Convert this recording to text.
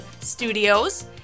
Studios